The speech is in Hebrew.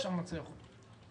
אפשר לנצח אותו.